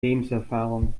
lebenserfahrung